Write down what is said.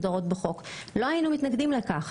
לא היינו מתמקדים לכך.